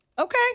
Okay